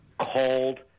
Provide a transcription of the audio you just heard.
called